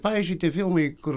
pavyzdžiui tie filmai kur